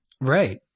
Right